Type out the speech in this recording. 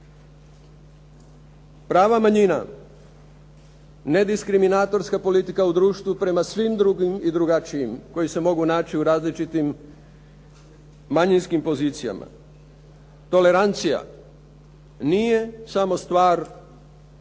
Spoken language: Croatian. Prava manjina nediskriminatorska politika u društvu prema svim drugim i drugačijim koji se mogu naći u različitim manjinskim pozicijama. Tolerancija nije samo stvar na